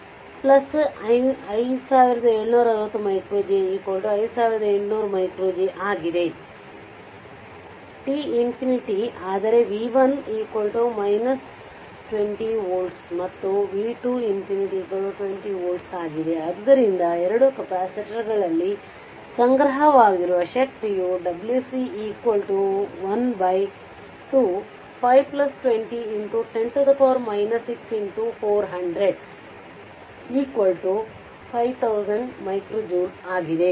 t infinity ಆದರೆ v1 20voltsಮತ್ತು v220 volts ಆಗಿದೆ ಆದ್ದರಿಂದ 2 ಕೆಪಾಸಿಟರ್ಗಳಲ್ಲಿ ಸಂಗ್ರಹವಾಗಿರುವ ಶಕ್ತಿಯು wc 12520x10 6x4005000J ಆಗಿದೆ